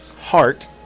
Heart